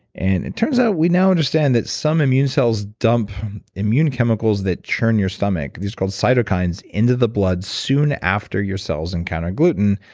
and it turns out we now understand that some immune cells dump immune chemicals that churn your stomach. these are called cytokines, into the blood, soon after your cells encounter gluten,